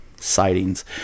sightings